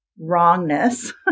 wrongness